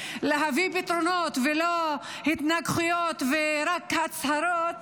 להביא פתרונות ולא התנגחויות ורק הצהרות